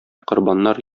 корбаннар